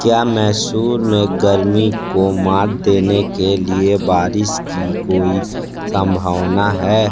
क्या मैसूर में गर्मी को मात देने के लिए बारिश की कोई संभावना है